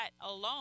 alone